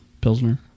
Pilsner